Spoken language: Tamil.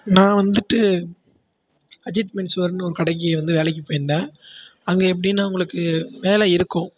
நான் வந்துட்டு அஜித் மென்ஸ்வேர்ன்னு ஒரு கடைக்கு வந்து வேலைக்கு போய்ருந்தேன் அங்கே எப்படின்னா உங்களுக்கு வேலை இருக்கும்